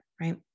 right